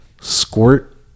squirt